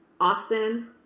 often